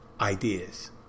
ideas